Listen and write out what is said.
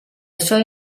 suoi